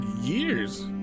years